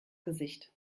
gesicht